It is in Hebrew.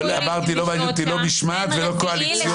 אמרתי: לא מעניין אותי לא משמעת ולא קואליציוני,